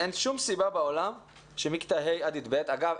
אין שום סיבה בעולם שמכיתה ה' עד י"ב ואגב,